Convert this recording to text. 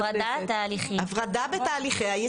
הפרדה בתהליכי הייצור.